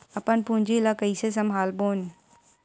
अपन पूंजी ला कइसे संभालबोन?